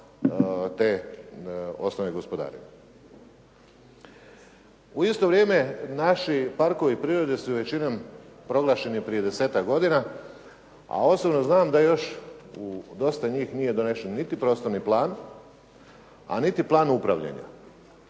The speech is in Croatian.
te osnove gospodarenja. U isto vrijeme naši parkovi prirode su većinom proglašeni prije desetak godina, a osobno znam da još dosta njih nije donesen niti prostorni plan, a niti plan upravljanja.